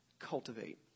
cultivate